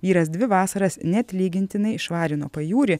vyras dvi vasaras neatlygintinai švarino pajūrį